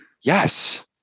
yes